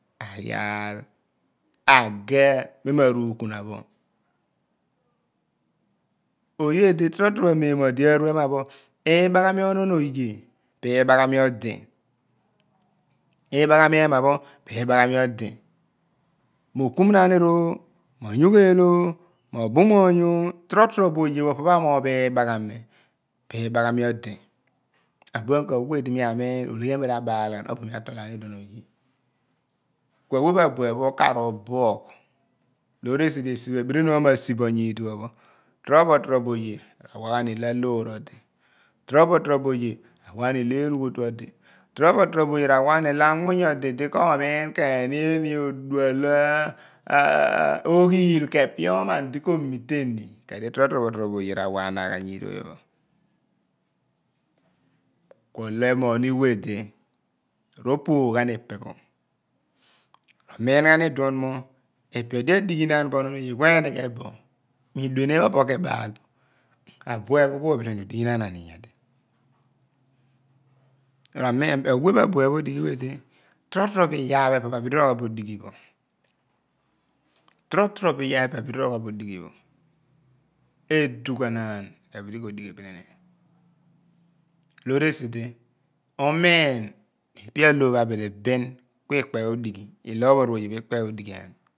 a gi mem aruukunapho oye d tro tro mem aru emu pho maghami ononoye pi ibaaghami emapho pi ibagumi odi ibaghami ikrumakpririi pi ibaghami odi libaghami ibama muny pi inaaghami odi buen ku aweh d mi ami ologhia mi rabaaihan ku aweh buepho ukraghi ubugh loorsi d esidi abirini pho tro trobo oye ra waghan la mumny odi eny odual oghill d ko miini ikepioman troboye awaghan yibopho pho kuo lo buniin opoghan oman omariam ma bidi odighi nan ma bidi ku ko dighanaanini bidi ibunia abueph tro trobo iyaar pho abidi ra wabo odighi pho edugha naan bidi odighi toorisidi bidi. miin aloor phabidi bin but romiin ipe bupheripho ku ikpe odighi hun